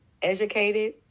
educated